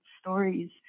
stories